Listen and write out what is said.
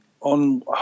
on